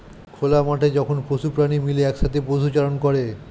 খোলা মাঠে যখন পশু প্রাণী মিলে একসাথে পশুচারণ করে